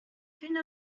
qu’une